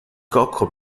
cocco